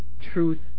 truth